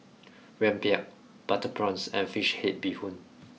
Rempeyek Butter Prawns and Fish Head Bee Hoon